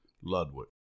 Ludwig